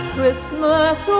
Christmas